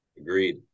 agreed